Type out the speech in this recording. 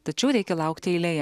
tačiau reikia laukti eilėje